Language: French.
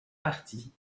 partie